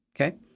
okay